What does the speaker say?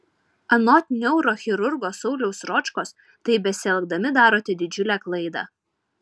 anot neurochirurgo sauliaus ročkos taip besielgdami darote didžiulę klaidą